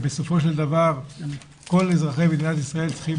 בסופו של דבר כל אזרחי מדינת ישראל צריכים